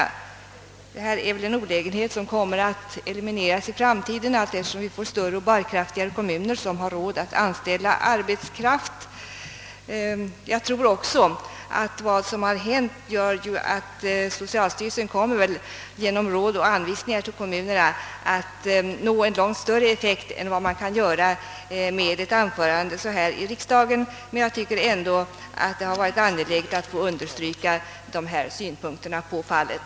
Det här är väl en olägenhet som kommer att elimineras i framtiden allteftersom vi får större och bärkraftigare kommuner som har råd att anställa arbetskraft. Jag tror också att det som har hänt kommer att göra att socialstyrelsen genom råd och anvisningar till kommunerna kan nå en långt större effekt än man kan göra med ett anförande här i riksdagen, men jag tycker ändå det har varit angeläget att få understryka de här synpunkterna på fallet.